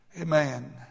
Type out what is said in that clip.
Amen